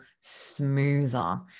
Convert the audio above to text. smoother